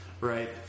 right